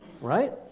Right